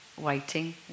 waiting